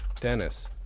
Dennis